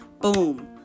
boom